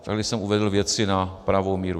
Tady jsem uvedl věci na pravou míru.